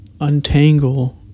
Untangle